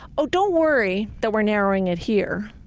oh, don't worry that we're narrowing it here,